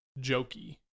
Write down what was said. jokey